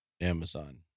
amazon